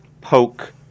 poke